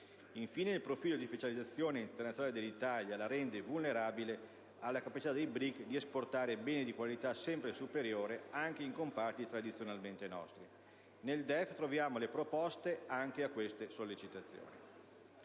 Infine, il profilo di specializzazione internazionale dell'Italia la rende vulnerabile alla capacità dei cosiddetti BRIC di esportare beni di qualità sempre superiore anche in comparti tradizionalmente nostri. Nel DEF troviamo le proposte anche a queste sollecitazioni.